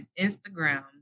Instagram